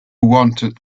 wanted